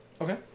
okay